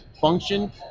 function